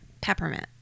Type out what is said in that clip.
peppermint